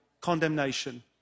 condemnation